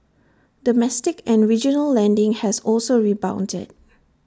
domestic and regional lending has also rebounded